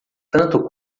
tanto